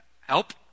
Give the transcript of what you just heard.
help